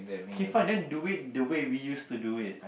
okay fine then do it the way we used to do it